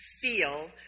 feel